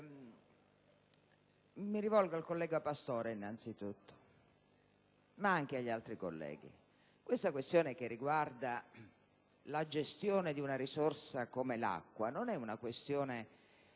Mi rivolgo al senatore Pastore innanzitutto, ma anche agli altri colleghi: quella che riguarda la gestione di una risorsa come l'acqua non è una questione